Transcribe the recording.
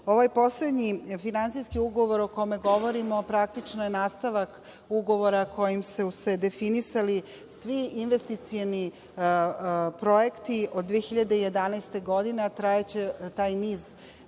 poslednji finansijski ugovor o kome govorimo praktično je nastavak ugovora kojim su se definisali svi investicioni projekti od 2011. godine, a trajaće taj niz